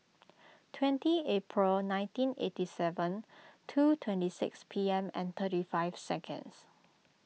twelve April nineteen eighty seven two twenty six P M and thirty five seconds